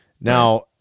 Now